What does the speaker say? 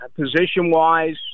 Position-wise